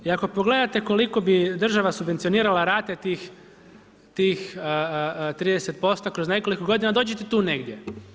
I ako pogledate koliko bi država subvencionirala rate tih 30% kroz nekoliko godina dođe ti tu negdje.